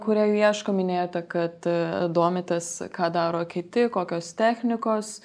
kurie jų ieško minėjote kad domitės ką daro kiti kokios technikos